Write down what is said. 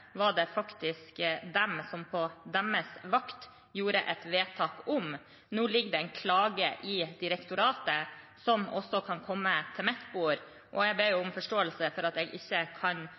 det faktisk Høyre som på sin vakt gjorde et vedtak om. Nå ligger det en klage i direktoratet, som også kan komme til mitt bord, og jeg ber om forståelse for at jeg ikke kan